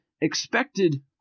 expected